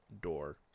door